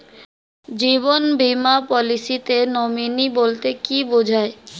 জীবন বীমা পলিসিতে নমিনি বলতে কি বুঝায়?